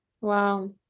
Wow